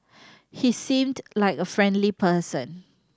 he seemed like a friendly person